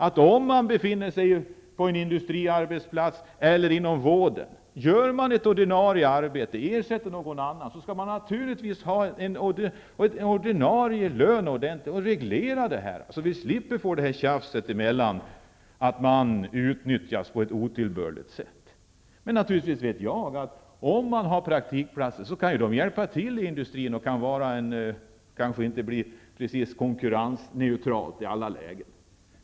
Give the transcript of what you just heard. Om någon befinner sig på en industriarbetsplats eller inom vården och utför ett ordinarie arbete, t.ex. ersätter någon annan, skall det naturligtvis utgå ordinarie lön. Det måste ske en reglering, så att tjafset undviks om att personal utnyttjas på ett otillbörligt sätt. Men jag vet, naturligtvis, att praktikplatser kan utgöra en hjälp för industrin -- systemet blir alltså inte konkurrensneutralt i alla lägen.